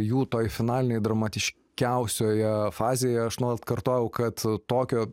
jų toje finalinėje dramatiškiausioje fazėje aš nuolat kartojau kad tokio